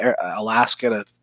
Alaska